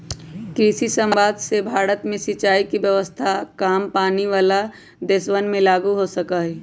कृषि समवाद से भारत में सिंचाई के व्यवस्था काम पानी वाला देशवन में लागु हो सका हई